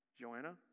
Joanna